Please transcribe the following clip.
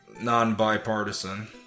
non-bipartisan